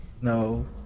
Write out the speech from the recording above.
No